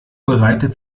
bereitet